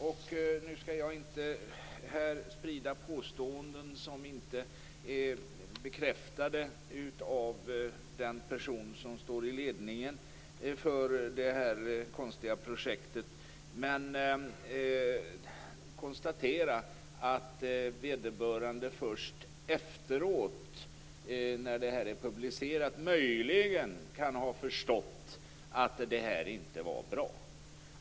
Jag skall inte sprida påståenden som inte är bekräftade av den person som är i ledningen för det konstiga projektet. Men jag konstaterar att vederbörande först efter publiceringen möjligen kan ha förstått att det hela inte var bra.